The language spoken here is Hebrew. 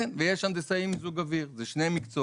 כן, ויש הנדסאי מיזוג אוויר, זה שני מקצועות.